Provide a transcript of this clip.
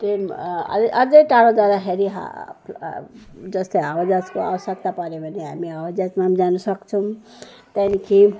train अझै टाढो जाँदाखेरि जस्तै हावाजाहाजको आवश्यकता पऱ्यो भने हामी हावाजाहाजमा पनि जान सक्छौँ त्यहाँदेखि